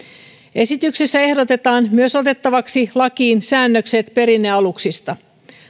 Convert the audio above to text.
esityksessä ehdotetaan otettavaksi lakiin myös säännökset perinnealuksista